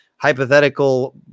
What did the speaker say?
hypothetical